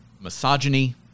misogyny